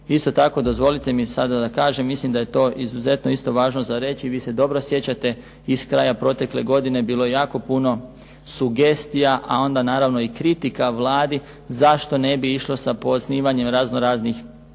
Isto tako dozvolite mi sada da kažem, mislim da je to izuzetno isto važno za reći, i vi se dobro sjećate iz kraja protekle godine, bilo je jako puno sugestija, a onda naravno i kritika Vladi zašto ne bi išlo sa poosnivanjem raznoraznih